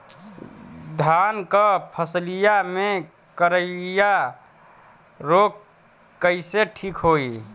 धान क फसलिया मे करईया रोग कईसे ठीक होई?